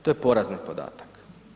To je porazni podatak.